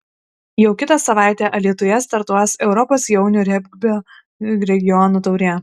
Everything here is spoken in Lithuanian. jau kitą savaitę alytuje startuos europos jaunių regbio regionų taurė